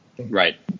right